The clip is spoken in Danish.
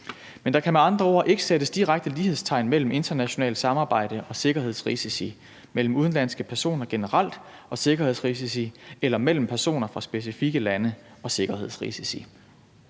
Der kan med andre ord ikke sættes direkte lighedstegn mellem internationalt samarbejde og sikkerhedsrisici, mellem udenlandske personer generelt og sikkerhedsrisici eller mellem personer fra specifikke lande og sikkerhedsrisici.